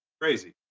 Crazy